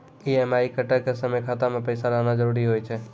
EMI कटै के समय खाता मे पैसा रहना जरुरी होय छै